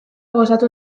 gozatu